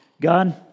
God